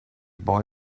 boy